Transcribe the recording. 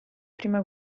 prima